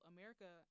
America